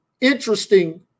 interesting